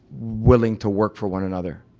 willing to work for one another.